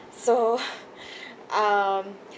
so um